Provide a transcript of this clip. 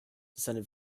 senate